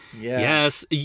Yes